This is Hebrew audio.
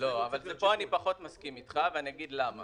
לא, פה אני פחות מסכים אתך ואני אומר למה.